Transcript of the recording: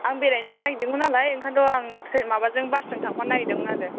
आं बेरायनो थांनो नागिरदोंमोन नालाय ओंखायनोथ' आं ट्रैन माबाजों बासजों थांफानो नागिरदोंमोन आरो